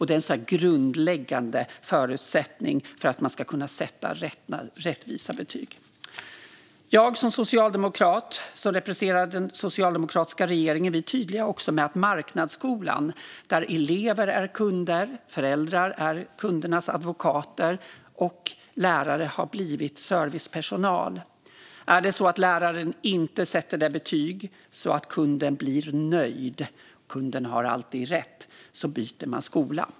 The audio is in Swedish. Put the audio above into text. Det är en grundläggande förutsättning för att man ska kunna sätta rättvisa betyg. Jag som socialdemokrat och representant för den socialdemokratiska regeringen är också tydlig när det gäller marknadsskolan. I marknadsskolan är eleverna kunder, föräldrarna är kundernas advokater och lärare har blivit servicepersonal. Är det så att läraren inte sätter det betyg som gör kunden nöjd - kunden har alltid rätt - byter man skola.